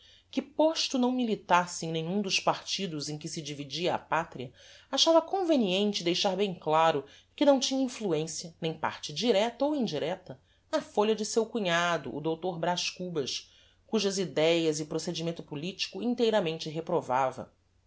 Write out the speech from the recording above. que posto não militasse em nenhum dos partidos em que se dividia a patria achava conveniente deixar bem claro que não tinha influencia nem parte directa ou indirecta na folha de seu cunhado o dr braz cubas cujas idéas e procedimento politico inteiramente reprovava